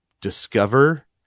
discover